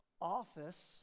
office